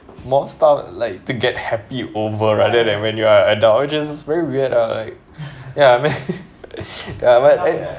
more stuff like to get happy over rather than when you're an adult which is very weird ah like ya I mean ya but I uh